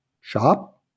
shop